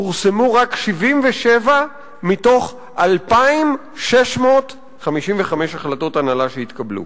פורסמו רק 77 מתוך 2,655 החלטות הנהלה שהתקבלו.